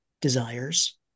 desires